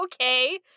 Okay